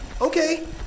okay